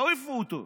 תעיפו אותו.